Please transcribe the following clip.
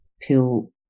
pill